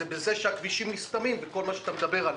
זה בכך שהכבישים נסתמים וכל מה שאתה מדבר עליו.